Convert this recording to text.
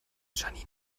janina